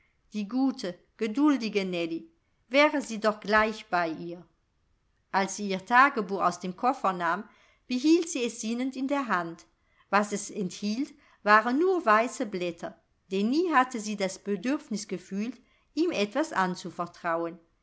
die gute geduldige nellie wäre sie doch gleich bei ihr als sie ihr tagebuch aus dem koffer nahm behielt sie es sinnend in der hand was es enthielt waren nur weiße blätter denn nie hatte sie das bedürfnis gefühlt ihm etwas anzuvertrauen